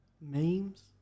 memes